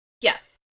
yes